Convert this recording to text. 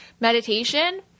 Meditation